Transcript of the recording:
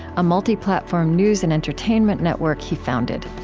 a multi-platform news and entertainment network he founded.